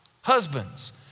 Husbands